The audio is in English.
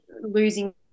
losing